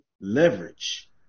leverage